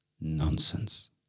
Nonsense